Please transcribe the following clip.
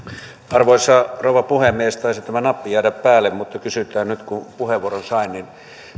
arvoisa rouva puhemies taisi tämä nappi jäädä päälle mutta kysytään nyt kun puheenvuoron sain